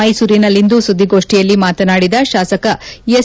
ಮೈಸೂರಿನಲ್ಲಿಂದು ಸುದ್ದಿಗೋಷ್ಠಿಯಲ್ಲಿ ಮಾತನಾಡಿದ ಶಾಸಕ ಎಸ್